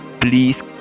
please